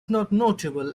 notable